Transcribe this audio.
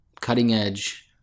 cutting-edge